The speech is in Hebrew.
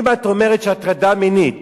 אם את אומרת שהטרדה מינית